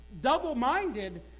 Double-minded